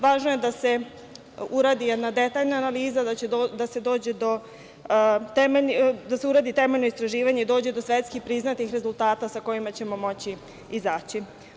Važno je da se uradi jedna detaljna analiza, da se uradi temeljno istraživanje i da se dođe do svetski priznatih rezultata sa kojima ćemo moći izaći.